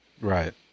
Right